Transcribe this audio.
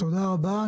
תודה רבה.